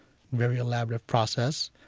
very elaborative process.